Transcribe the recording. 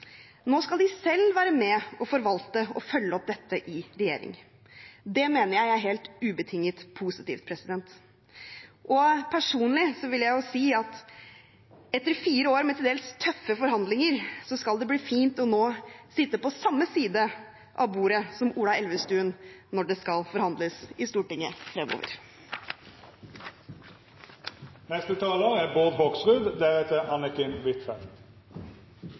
Nå skal de selv være med og forvalte og følge opp dette i regjering. Det mener jeg er helt ubetinget positivt. Personlig vil jeg si at etter fire år med til dels tøffe forhandlinger skal det bli fint nå å sitte på samme side av bordet som Ola Elvestuen når det skal forhandles i Stortinget fremover. Det har vært interessant å følge med på debatten så langt. Den er